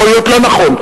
יכול להיות לא נכון,